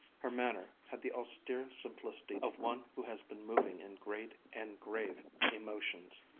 her manner had the austere simplicity of one who has been moving in great and grave emotions.